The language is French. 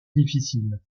difficile